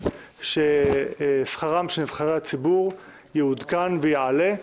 ששכרם של נבחרי הציבור יעודכן ויעלה.